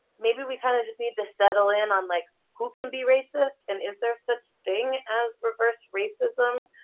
maybe we kind of just need to settle in on like who can be racist, and is there such thing as reverse racism,